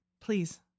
Please